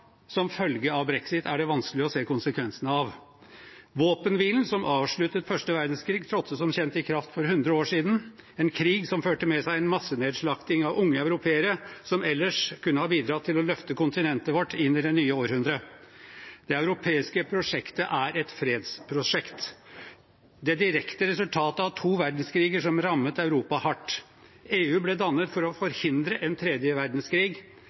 som følge av brexit er det vanskelig å se konsekvensene av. Våpenhvilen som avsluttet første verdenskrig, trådte som kjent i kraft for 100 år siden, en krig som førte med seg en massenedslakting av unge europeere som ellers kunne ha bidratt til å løfte kontinentet vårt inn i det nye århundret. Det europeiske prosjektet er et fredsprosjekt, det direkte resultatet av to verdenskriger som rammet Europa hardt. EU ble dannet for å forhindre en tredje verdenskrig.